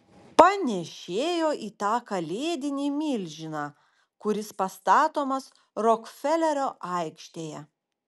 panėšėjo į tą kalėdinį milžiną kuris pastatomas rokfelerio aikštėje